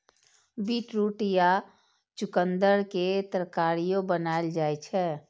beetroot या चुकंदर के तरकारियो बनाएल जाइ छै